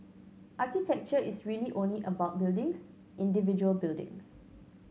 architecture is really only about buildings individual buildings